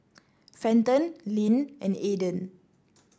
Fenton Lynne and Aiden